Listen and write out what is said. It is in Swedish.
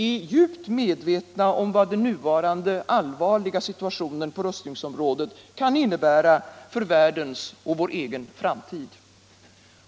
är djupt medvetna om vad den nuvarande allvarliga situationen på rustningsområdet kan innebära för världens och vår egen framtid.